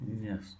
Yes